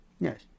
Yes